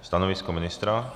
Stanovisko ministra?